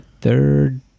third